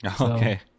Okay